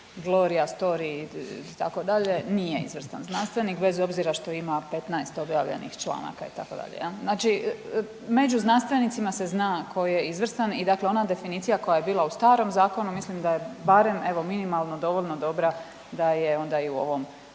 Glorija, Story itd. nije izvrstan znanstvenik bez obzira što ima 15 objavljenih članaka itd. Znači među znanstvenicima se zna tko je izvrstan i dakle ona definicija koja je bila u starom zakonu mislim da je barem evo minimalno dovoljno dobra da je onda i u ovom